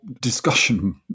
discussion